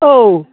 औ